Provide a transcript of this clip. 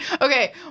Okay